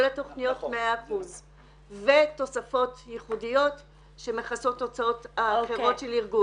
כל התכניות 100% ותוספות ייחודיות שמכסות הוצאות אחרות של ארגון.